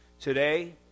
Today